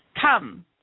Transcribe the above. Come